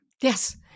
Yes